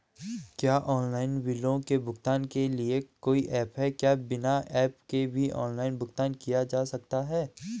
क्या ऑनलाइन बिलों के भुगतान के लिए कोई ऐप है क्या बिना ऐप के भी ऑनलाइन भुगतान किया जा सकता है?